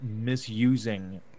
misusing